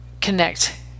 connect